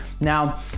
now